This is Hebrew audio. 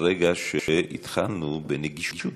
ברגע שהתחלנו בנגישות,